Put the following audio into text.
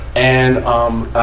and, um,